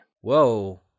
Whoa